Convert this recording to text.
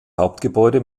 hauptgebäude